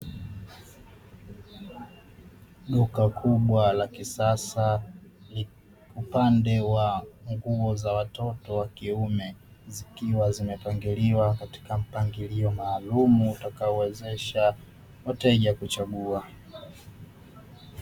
Duka kubwa la kisasa upande wa nguo za watoto wa kiume, zikiwa zimepangiliwa katika mpangilio maalumu utakao wezesha wateja kuchagua.